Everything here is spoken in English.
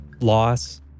loss